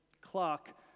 clock